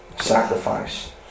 sacrifice